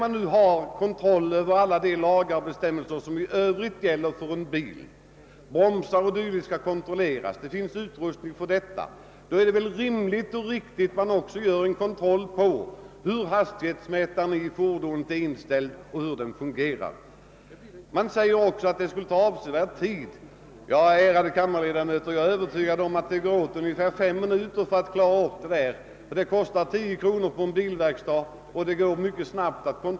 Eftersom man kontrollerar efterlevnaden av alla övriga lagar och förordningar på detta område — bromsar o. d. skall kontrolleras — är det väl rimligt och riktigt att man också kontrollerar inställningen av hastighetsmätaren. Det sägs också att en sådan här kontroll skulle ta avsevärd tid. Jag är, ärade kammarledamöter, övertygad om att kontrollen tar högst fem minuter; den kostar inte mer än 10 kronor på en bilverkstad.